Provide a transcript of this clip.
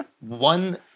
One